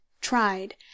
tried